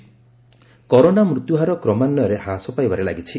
ତେବେ କରୋନା ମୃତ୍ୟୁହାର କ୍ରମାନ୍ୱୟରେ ହ୍ରାସ ପାଇବାରେ ଲାଗିଛି